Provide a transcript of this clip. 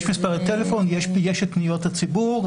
יש מספרי טלפון, יש את פניות הציבור.